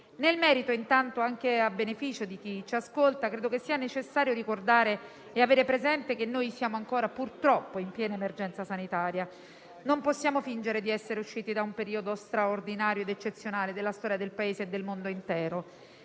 Nel merito, intanto, anche a beneficio di chi ci ascolta, credo sia necessario ricordare e avere presente che noi siamo ancora, purtroppo, in piena emergenza sanitaria. Non possiamo fingere di essere usciti da un periodo straordinario ed eccezionale della storia del Paese e del mondo intero;